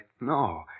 No